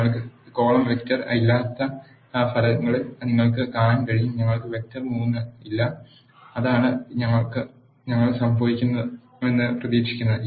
ഞങ്ങൾക്ക് column vector ഇല്ലാത്ത ഫലങ്ങളിൽ നിങ്ങൾക്ക് കാണാൻ കഴിയും ഞങ്ങൾക്ക് വെക്റ്റർ 3 ഇല്ല അതാണ് ഞങ്ങൾ സംഭവിക്കുമെന്ന് പ്രതീക്ഷിക്കുന്നത്